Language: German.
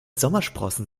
sommersprossen